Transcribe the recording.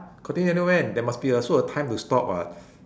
continue until when there must be a also a time to stop what